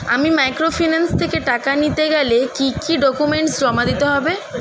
আমি মাইক্রোফিন্যান্স থেকে টাকা নিতে গেলে কি কি ডকুমেন্টস জমা দিতে হবে?